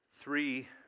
three